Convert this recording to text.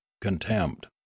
contempt